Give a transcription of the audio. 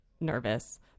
nervous